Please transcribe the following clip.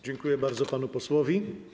Dziękuję bardzo panu posłowi.